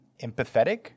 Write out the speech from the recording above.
empathetic